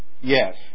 Yes